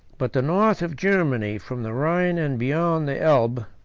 but the north of germany, from the rhine and beyond the elbe,